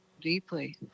deeply